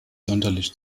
sonderlich